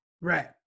right